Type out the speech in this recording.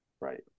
Right